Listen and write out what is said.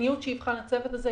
המדיניות שיבחן הצוות הזה,